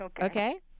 Okay